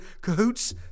cahoots